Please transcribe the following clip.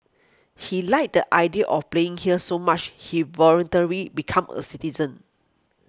he liked the idea of playing here so much he voluntarily become a citizen